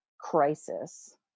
crisis